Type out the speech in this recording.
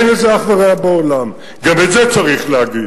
אין לזה אח ורע בעולם, גם את זה צריך להגיד.